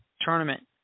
tournament